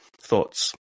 Thoughts